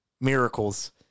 miracles